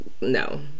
no